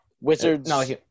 wizards